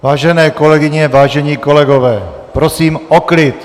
Vážené kolegyně, vážení kolegové, prosím o klid!